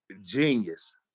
Genius